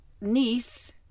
niece